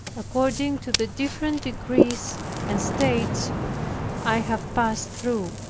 according to the different degrees and states i have passed through.